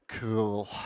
Cool